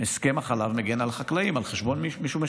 הסכם החלב מגן על החקלאים על חשבון מישהו,